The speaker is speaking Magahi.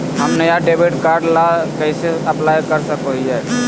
हम नया डेबिट कार्ड ला कइसे अप्लाई कर सको हियै?